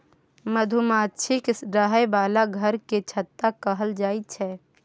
मधुमाछीक रहय बला घर केँ छत्ता कहल जाई छै